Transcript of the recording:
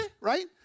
Right